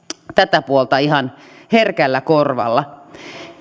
tätä puolta ihan herkällä korvalla